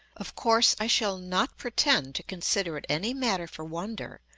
of course i shall not pretend to consider it any matter for wonder,